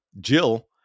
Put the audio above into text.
Jill